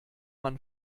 man